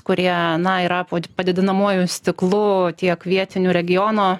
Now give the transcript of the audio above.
kurie na yra po padidinamuoju stiklu tiek vietinių regiono